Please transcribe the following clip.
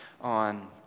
on